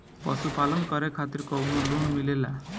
पशु पालन करे खातिर काउनो लोन मिलेला?